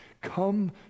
Come